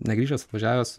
ne grįžęs atvažiavęs